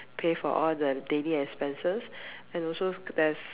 pay for all the daily expenses and also there's